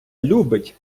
любить